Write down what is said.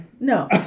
No